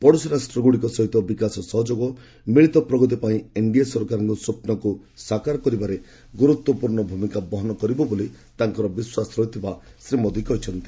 ପଡ଼ୋଶୀ ରାଷ୍ଟ୍ରଗୁଡ଼ିକ ସହ ବିକାଶ ସହଯୋଗ ମିଳିତ ପ୍ରଗତି ପାଇଁ ଏନ୍ଡିଏ ସରକାରଙ୍କ ସ୍ୱପ୍ନକୁ ସାକାର କରିବାରେ ଗୁରୁତ୍ୱପୂର୍ଣ୍ଣ ଭୂମିକା ବହନ କରିବ ବୋଲି ତାଙ୍କର ବିଶ୍ୱାସ ରହିଥିବା ଶ୍ରୀ ମୋଦି କହିଛନ୍ତି